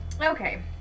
Okay